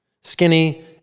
skinny